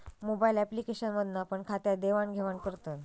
mobile application मधना पण खात्यात देवाण घेवान करतत